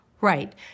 Right